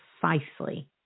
precisely